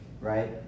right